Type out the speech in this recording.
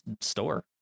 store